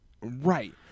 Right